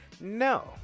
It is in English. no